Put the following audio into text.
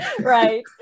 Right